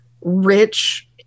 rich